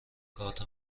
کارت